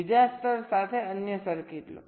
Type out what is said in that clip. બીજા સ્તર સાથે અન્ય સર્કિટ લો